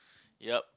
ya